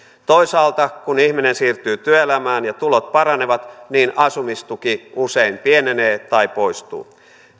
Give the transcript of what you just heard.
toisaalta kun ihminen siirtyy työelämään ja tulot paranevat niin asumistuki usein pienenee tai poistuu